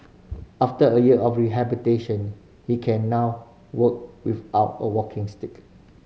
after a year of rehabilitation he can now walk without a walking stick